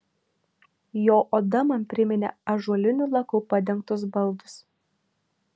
jo oda man priminė ąžuoliniu laku padengtus baldus